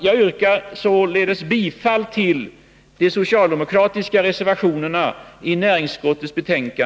Jag yrkar således bifall till de socialdemokratiska reserva Nr 48